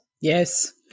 Yes